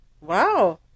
Wow